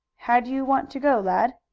how do you want to go, lad?